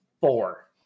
four